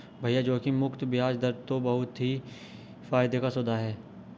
भैया जोखिम मुक्त बयाज दर तो बहुत ही फायदे का सौदा है